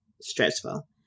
stressful